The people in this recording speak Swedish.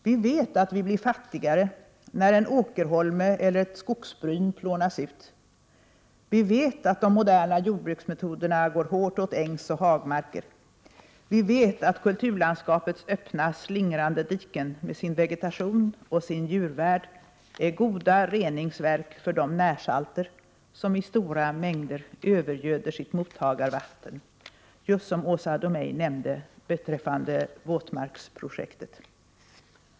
Vi vet att vi blir fattigare när en åkerholme eller ett skogsbryn plånas ut, vi vet att de moderna jordbruksmetoderna går hårt åt ängsoch hagmarker, vi vet att kulturlandskapets öppna slingrande diken med sin vegetation och sin djurvärld är goda reningsverk för de närsalter som i stora mängder övergöder sitt mottagarvatten, just så som Åsa Domeij nämnde beträffande våtmarksprojektet.